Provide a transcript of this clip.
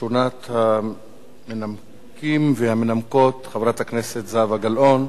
ראשונת המנמקים, חברת הכנסת זהבה גלאון.